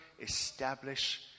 establish